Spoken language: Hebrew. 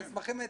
המסמכים אצלך.